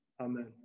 Amen